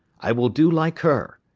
i will do like her,